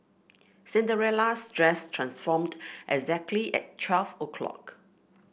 Cinderella's dress transformed exactly at twelve o'clock